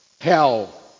hell